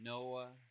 Noah